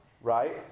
right